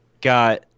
got